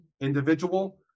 individual